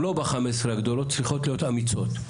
לא ב- 15 הגדולות צריכות להיות אמיצות,